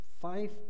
five